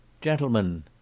Gentlemen